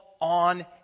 on